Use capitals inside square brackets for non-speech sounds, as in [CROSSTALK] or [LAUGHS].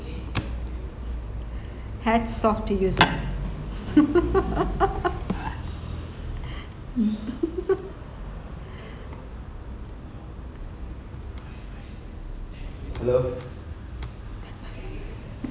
head soft to use lah [LAUGHS] [LAUGHS]